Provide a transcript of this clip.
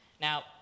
Now